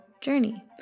journey